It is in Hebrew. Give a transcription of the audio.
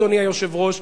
אדוני היושב-ראש,